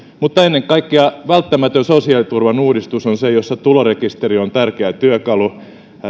ennen kaikkea välttämätön sosiaaliturvan uudistus on se jossa tulorekisteri on tärkeä työkalu